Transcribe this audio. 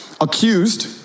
accused